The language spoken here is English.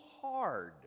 hard